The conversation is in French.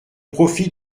profite